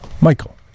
Michael